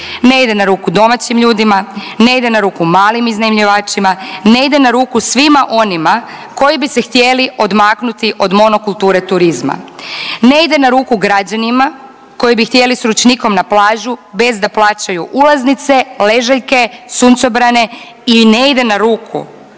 Ne ide na ruku domaćim ljudima. Ne ide na ruku malim iznajmljivačima. Ne ide na ruku svima onima koji bi se htjeli odmaknuti od monokulture turizma. Ne ide na ruku građanima koji bi htjeli s ručnikom na plažu bez da plaćaju ulaznice, ležaljke, suncobrane. I ne ide na ruku